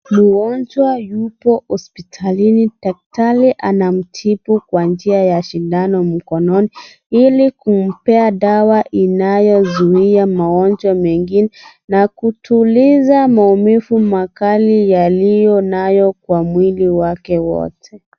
Mgonjwa yupo hospitalini. Daktari anamtibu kwa njia ya sindano mkononi, ili kumpea dawa inayozuia magonjwa mengine na kutuliza maumivu makali aliyonayo kwa mwili wake wote.